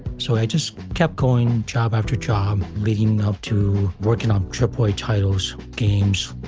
so i just kept going job after job leading up to working on aaa titles, games,